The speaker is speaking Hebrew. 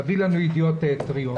תביא לנו ידיעות טריות.